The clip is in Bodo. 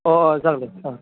अह अह जागोन दे औ